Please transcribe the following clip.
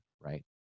right